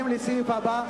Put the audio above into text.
בושה.